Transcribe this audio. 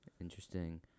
Interesting